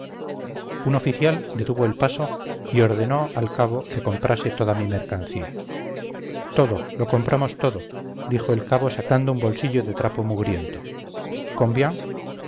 un oficial detuvo el paso y ordenó al cabo que comprase toda mi mercancía todo lo compramos todo dijo el cabo sacando un bolsillo de trapo mugriento combien